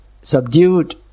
subdued